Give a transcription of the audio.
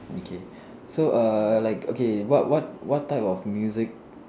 okay so err like okay what what what type of music